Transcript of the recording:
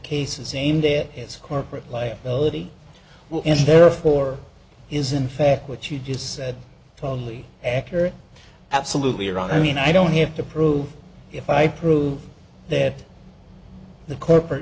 cases same there is corporate liability and therefore is in fact what you just said probably accurate absolutely right i mean i don't have to prove if i prove that the corporate